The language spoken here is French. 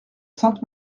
sainte